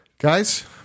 Guys